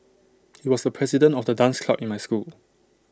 he was the president of the dance club in my school